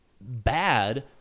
bad